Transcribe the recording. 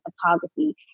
photography